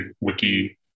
Wiki